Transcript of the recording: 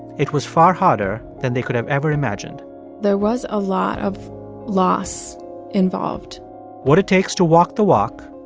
it was far harder than they could have ever imagined there was a lot of loss involved what it takes to walk the walk,